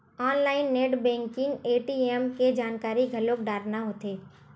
online net banking ATM के जानकारी घलो डारना होथे